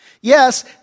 Yes